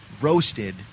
roasted